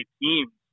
teams